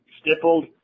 stippled